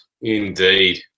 Indeed